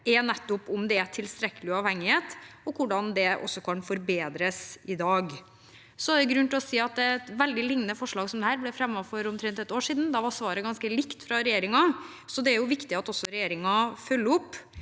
er nettopp om det er tilstrekkelig uavhengighet, og hvordan det også kan forbedres i dag. Det er grunn til å si at et veldig lignende forslag som dette ble fremmet for omtrent et år siden. Da var svaret fra regjeringen ganske likt, så det er viktig at regjeringen følger opp